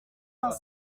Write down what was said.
vingt